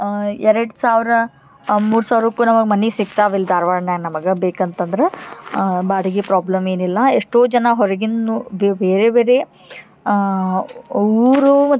ಎರಡು ಸಾವಿರ ಮೂರು ಸಾವಿರಕ್ಕೂ ನಮಗೆ ಮನೆ ಸಿಗ್ತಾವ ಇಲ್ಲಿ ಧಾರ್ವಾಡ್ನ್ಯಾಗ ನಮಗೆ ಬೇಕಂತಂದ್ರೆ ಬಾಡಿಗೆ ಪ್ರಾಬ್ಲಮ್ ಏನಿಲ್ಲ ಎಷ್ಟೋ ಜನ ಹೊರ್ಗಿನ್ನು ಬೇರೆ ಬೇರೆ ಊರು ಮತ್ತು